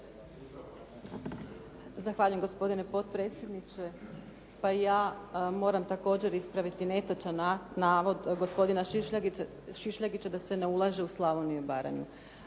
Zahvaljujem. Gospodine potpredsjedniče. Pa ja moram također ispraviti netočan navod gospodina Šišljagića da se ne ulaže u Slavoniju i Baranju.